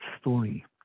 story